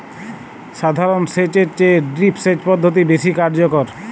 সাধারণ সেচ এর চেয়ে ড্রিপ সেচ পদ্ধতি বেশি কার্যকর